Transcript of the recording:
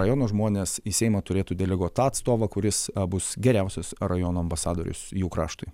rajono žmones į seimą turėtų deleguot tą atstovą kuris bus geriausias rajono ambasadorius jų kraštui